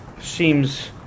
seems